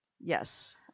Yes